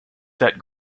that